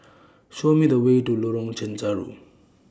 Show Me The Way to Lorong Chencharu